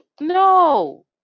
No